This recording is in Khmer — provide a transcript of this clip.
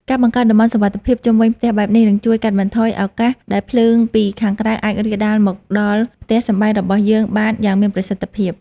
ការបង្កើត តំបន់សុវត្ថិភាព ជុំវិញផ្ទះបែបនេះ នឹងជួយកាត់បន្ថយឱកាសដែលភ្លើងពីខាងក្រៅអាចរាលដាលមកដល់ផ្ទះសម្បែងរបស់យើងបានយ៉ាងមានប្រសិទ្ធភាព។